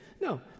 No